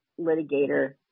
litigator